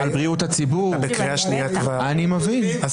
לא, ממש לא, אני